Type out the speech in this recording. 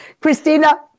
Christina